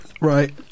Right